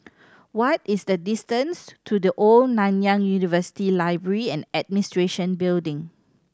what is the distance to The Old Nanyang University Library and Administration Building